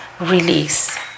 release